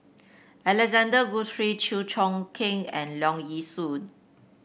Alexander Guthrie Chew Choo Keng and Leong Yee Soo